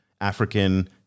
African